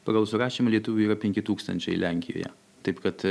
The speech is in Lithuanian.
pagal surašymą lietuvių yra penki tūkstančiai lenkijoje taip kad